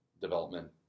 development